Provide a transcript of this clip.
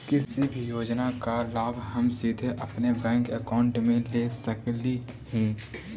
किसी भी योजना का लाभ हम सीधे अपने बैंक अकाउंट में ले सकली ही?